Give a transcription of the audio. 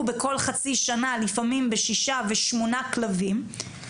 בכל חצי שנה לפעמים בשישה ושמונה כלבים.